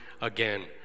again